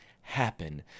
happen